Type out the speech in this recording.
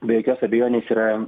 be jokios abejonės yra